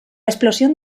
explosión